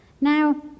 now